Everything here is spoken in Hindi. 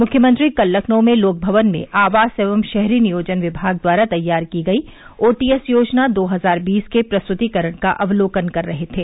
मुख्यमंत्री कल लखनऊ में लोकभवन में आवास एवं शहरी नियोजन विभाग द्वारा तैयार की गई ओटीएस योजना दो हजार बीस के प्रस्तुतीकरण का अवलोकन कर रहे थे